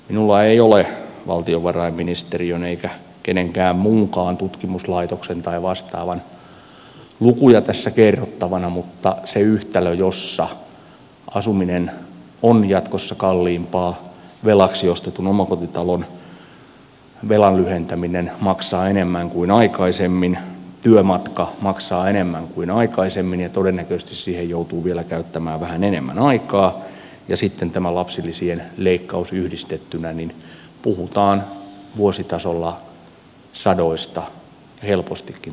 minulla ei ole valtiovarainministeriön eikä minkään muunkaan tutkimuslaitoksen tai vastaavan lukuja tässä kerrottavana mutta kun siihen yhtälöön jossa asuminen on jatkossa kalliimpaa velaksi ostetun omakotitalon velan lyhentäminen maksaa enemmän kuin aikaisemmin työmatka maksaa enemmän kuin aikaisemmin ja todennäköisesti siihen joutuu vielä käyttämään vähän enemmän aikaa sitten tämä lapsilisien leikkaus yhdistetään puhutaan vuositasolla sadoista euroista helpostikin tuhannesta eurosta